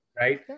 right